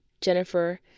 jennifer